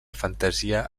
fantasia